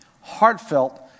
heartfelt